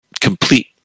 complete